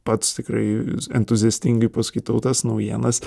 pats tikrai entuziastingai paskaitau tas naujienas